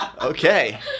Okay